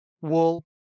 wool